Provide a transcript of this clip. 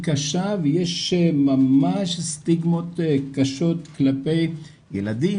היא קשה ויש ממש סטיגמות קשות כלפי ילדים,